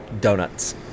donuts